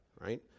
right